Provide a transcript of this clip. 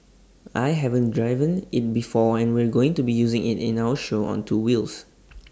I haven't driven IT before and we're going to be using IT in our show on two wheels